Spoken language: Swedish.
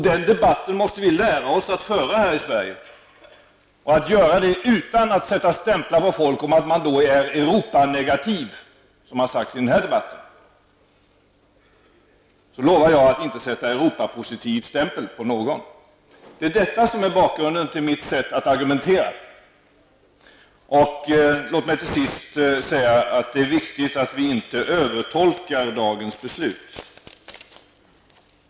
Den debatten måste vi lära oss att föra här i Sverige och att göra det utan att sätta stämplar på folk om att de är Europanegativa. Detta har sagts i den här debatten. Låt bli det, så lovar jag att inte sätta Europapositiv stämpel på någon. Detta är bakgrunden till mitt sätt att argumentera. Låt mig till sist säga att det är viktigt att vi inte övertolkar dagens beslut.